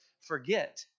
forget